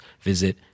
visit